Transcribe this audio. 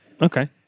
Okay